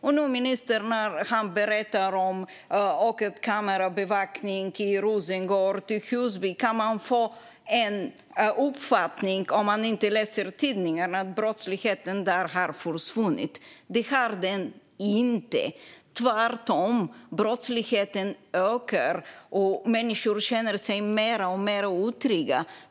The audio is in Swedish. När ministern berättar om ökad kameraövervakning i Rosengård och Husby kan man, om man inte läser tidningarna, få uppfattningen att brottsligheten där har försvunnit. Det har den inte. Tvärtom ökar brottsligheten, och människor känner sig alltmer otrygga.